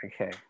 okay